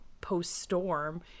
post-storm